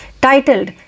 titled